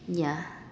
ya